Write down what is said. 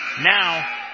Now